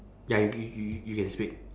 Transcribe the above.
ya you you you can speak